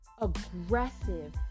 aggressive